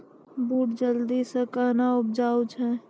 बूट जल्दी से कहना उपजाऊ छ?